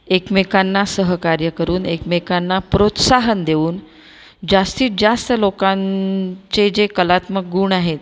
एकमेकांना सहकार्य करून एकमेकांना प्रोत्साहन देऊन जास्तीत जास्त लोकांचे जे कलात्मक गुण आहेत